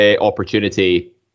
opportunity